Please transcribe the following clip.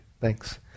thanks